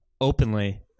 openly